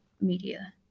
media